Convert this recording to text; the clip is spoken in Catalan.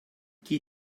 qui